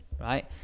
right